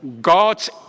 God's